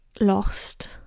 lost